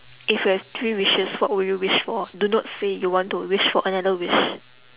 if you have three wishes what would you wish for do not say you want to wish for another wish